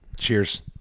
Cheers